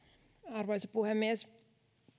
arvoisa puhemies